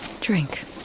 Drink